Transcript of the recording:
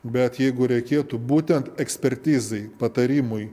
bet jeigu reikėtų būtent ekspertizei patarimui